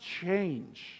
change